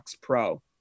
Pro